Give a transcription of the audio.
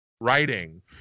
Writing